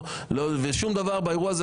שום דבר באירוע הזה,